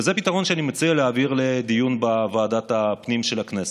וזה פתרון שאני מציע להעביר לדיון בוועדת הפנים של הכנסת,